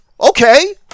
Okay